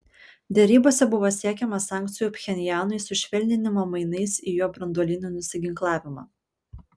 derybose buvo siekiama sankcijų pchenjanui sušvelninimo mainais į jo branduolinį nusiginklavimą